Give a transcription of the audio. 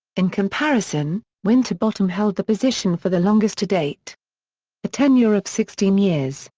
in comparison, winterbottom held the position for the longest to date a tenure of sixteen years,